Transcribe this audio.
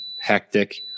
hectic